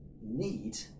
need